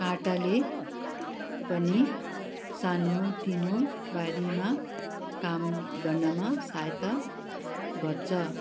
काँटाले पनि सानोतिनो बारीमा काम गर्नमा सहायता गर्छ